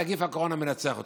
נגיף הקורונה מנצח אותנו.